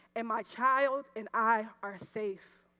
and my child and i are safe.